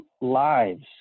lives